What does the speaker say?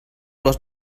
was